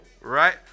right